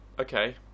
okay